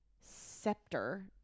scepter